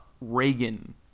Reagan